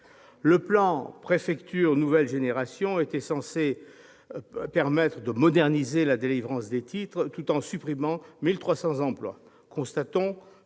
Le plan Préfectures nouvelle génération, ou PPNG, était censé permettre de moderniser la délivrance des titres, tout en supprimant 1 300 emplois.